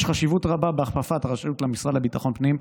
יש חשיבות רבה בהכפפת הרשות למשרד לביטחון הפנים.